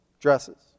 dresses